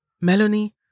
Melanie